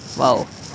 !wow!